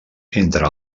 entre